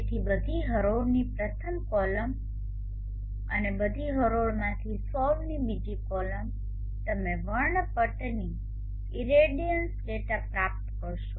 તેથી બધી હરોળની પ્રથમ કોલમ અને બધી હરોળમાંથી સોલ્વની બીજી કોલમ તમે વર્ણપટની ઇરેડિયન્સ ડેટા પ્રાપ્ત કરશો